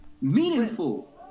meaningful